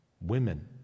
women